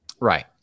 Right